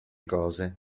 cose